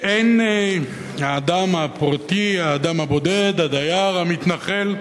שאין האדם הפרטי, האדם הבודד, הדייר המתנחל,